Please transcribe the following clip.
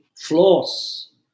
flaws